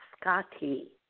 Scotty